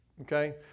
Okay